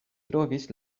trovis